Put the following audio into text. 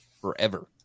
forever